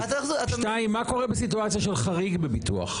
שתיים, מה קורה בסיטואציה של חריג בביטוח?